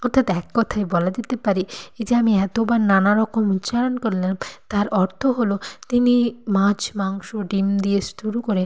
অর্থাৎ এক কথায় বলা যেতে পারে এই যে আমি এতবার নানা রকম উচ্চারণ করলাম তার অর্থ হলো তিনি মাছ মাংস ডিম দিয়ে শুরু করে